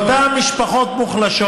אותן משפחות מוחלשות